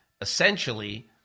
essentially